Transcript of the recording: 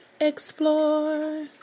explore